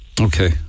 Okay